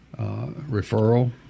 referral